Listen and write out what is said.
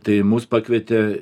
tai mus pakvietė